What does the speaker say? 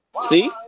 See